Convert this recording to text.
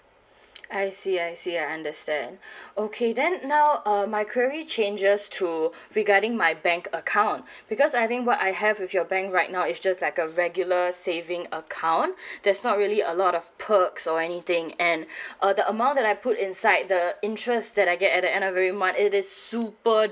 I see I see I understand okay then now uh my query changes to regarding my bank account because I think what I have with your bank right now is just like a regular saving account there's not really a lot of perks or anything and uh the amount that I put inside the interest that I get at the end of every month it is super